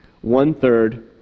one-third